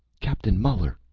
captain muller!